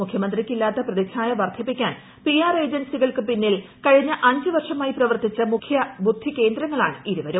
മുഖ്യമന്ത്രിക്ക് ഇല്ലാത്ത പ്രതിച്ഛായ വർധിപ്പിക്കാൻ പിആർ ഏജൻസികൾക്ക് പിന്നിൽ കഴിഞ്ഞ അഞ്ചുവർഷമായി പ്രവർത്തിച്ച മുഖ്യ ബുദ്ധികേന്ദ്രങ്ങളാണ് ഇരുവരും